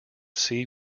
sea